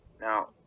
Now